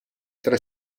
tre